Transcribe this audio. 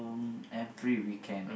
every weekend